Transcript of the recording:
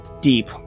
deep